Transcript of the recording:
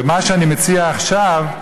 ומה שאני מציע עכשיו,